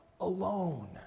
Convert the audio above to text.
alone